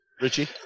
Richie